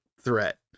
threat